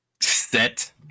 set